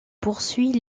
poursuit